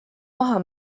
maha